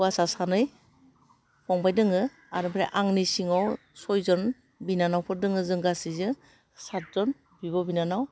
हौवासा सानै फंबाय दङो आर ओमफ्राय आंनि सिङाव सयजन बिनानावफोर दङो जों गासैजों सातजन बिब' बिनानाव